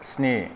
स्नि